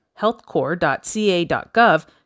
healthcore.ca.gov